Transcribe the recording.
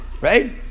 right